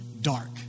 dark